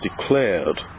declared